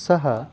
सः